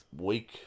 week